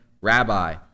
Rabbi